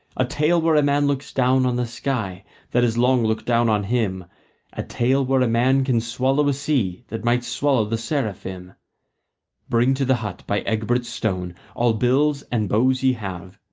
a tale where a man looks down on the sky that has long looked down on him a tale where a man can swallow a sea that might swallow the seraphim. bring to the hut by egbert's stone all bills and bows ye have.